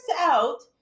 out